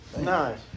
Nice